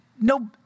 No